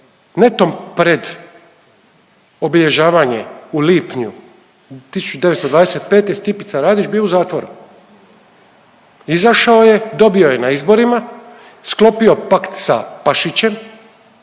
netom pred obilježavanje u lipnju 1925. Stipica Radić bio u zatvoru, izašao je, dobio je na izborima, sklopio pakt sa Pašićem